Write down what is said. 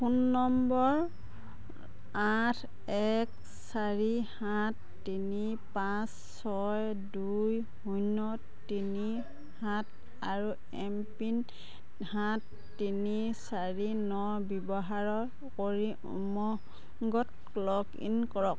phone নম্বৰ আঠ এক চাৰি সাত তিনি পাঁচ ছয় দুই শূন্য দুই তিনি সাত আৰু এম পিন সাত তিনি চাৰি ন ব্যৱহাৰ কৰি উমংগত লগ ইন কৰক